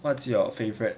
what's your favourite